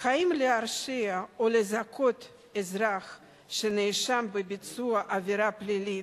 אם להרשיע או לזכות אזרח שנאשם בביצוע עבירה פלילית,